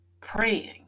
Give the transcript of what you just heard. praying